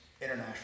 International